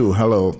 hello